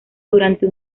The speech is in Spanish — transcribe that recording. durante